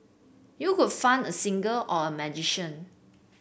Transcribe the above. you could fund a singer or a magician